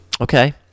Okay